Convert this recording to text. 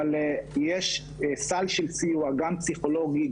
אבל יש סל של סיוע גם פסיכולוגי,